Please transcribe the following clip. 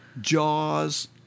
Jaws